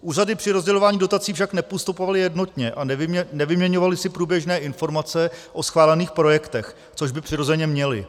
Úřady při rozdělování dotací však nepostupovaly jednotně a nevyměňovaly si průběžné informace o schválených projektech, což by přirozeně měly.